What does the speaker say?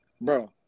bro